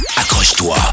Accroche-toi